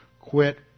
quit